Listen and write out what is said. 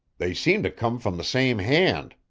they seem to come from the same hand.